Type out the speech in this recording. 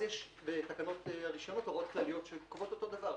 אז יש תקנות או הוראות כלליות שקובעות אותו דבר,